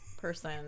person